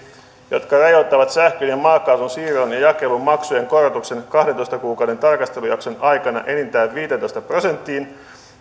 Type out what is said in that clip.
jotka rajoittavat sähkön ja maakaasun jakelumaksujen korotuksen kahdentoista kuukauden tarkastelujakson aikana enintään viiteentoista prosenttiin